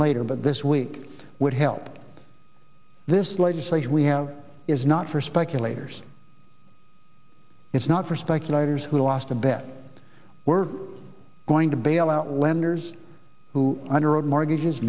later but this week would help this legislation we have is not for speculators it's not for speculators who lost a bet we're going to bail out lenders who underwrite mortgages